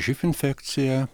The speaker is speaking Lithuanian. živ infekcija